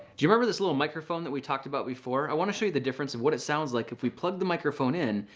you remember this little microphone that we talked about before? i want to show you the difference of what it sounds like if we plug the microphone in.